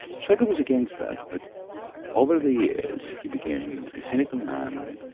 schaeuble was against that. but over the years, he became a cynical man,